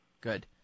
Good